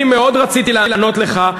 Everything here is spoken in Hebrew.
אני מאוד רציתי לענות לך,